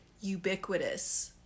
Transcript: ubiquitous